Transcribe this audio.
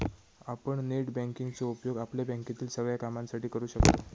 आपण net banking चो उपयोग आपल्या बँकेतील सगळ्या कामांसाठी करू शकतव